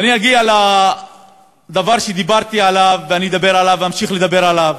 ואני אגיע לדבר שדיברתי עליו ואני אדבר עליו ואמשיך לדבר עליו: